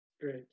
Great